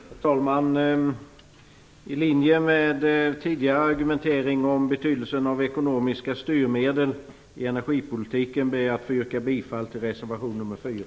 Herr talman! I linje med tidigare argumentering om betydelsen av ekonomiska styrmedel i energipolitiken ber jag att få yrka bifall till reservation nr 4.